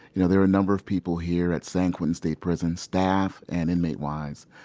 you know, there are a number of people here at san quentin state prison, staff and inmate-wise,